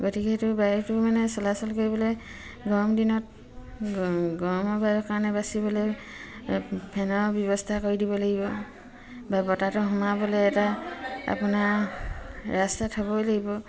গতিকে সেইটো বায়ুটো মানে চলাচল কৰিবলে গৰম দিনত গৰমৰ বায়ু কাৰণে বাচিবলৈ ফেনৰ ব্যৱস্থা কৰি দিব লাগিব বা বতাহটো সোমাবলৈ এটা আপোনাৰ ৰাস্তা থ'বই লাগিব